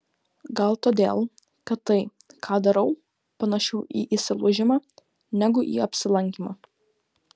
gal todėl kad tai ką darau panašiau į įsilaužimą negu į apsilankymą